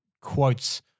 quotes